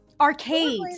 arcades